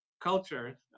culture